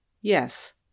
Yes